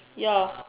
ya